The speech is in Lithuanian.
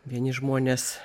vieni žmonės